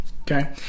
okay